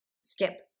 skip